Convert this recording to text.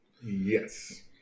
Yes